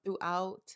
throughout